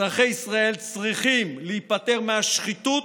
אזרחי ישראל צריכים להיפטר מהשחיתות